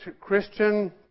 Christian